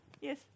yes